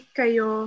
kayo